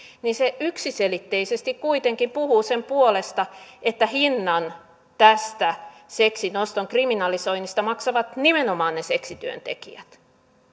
yksiselitteisesti kuitenkin puhuu sen puolesta että hinnan tästä seksin oston kriminalisoinnista maksavat nimenomaan ne seksityöntekijät